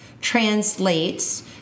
translates